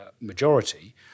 majority